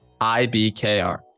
IBKR